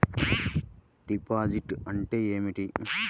డిపాజిట్లు అంటే ఏమిటి?